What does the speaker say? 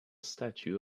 statue